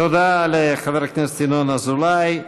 תודה לחבר הכנסת ינון אזולאי.